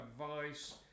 advice